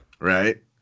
right